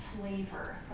flavor